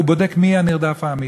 הוא בודק מי הנרדף האמיתי.